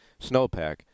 snowpack